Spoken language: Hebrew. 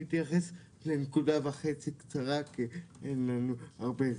אתייחס לנקודה וחצי קצרות כי אין לנו הרבה זמן.